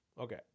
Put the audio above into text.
Okay